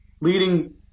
leading